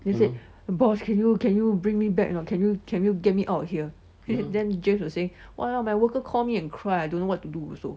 he said boss can you can you bring me back not can you can you get me out here and then james will say !wah! my worker call me and cry I don't know what to do also